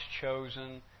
chosen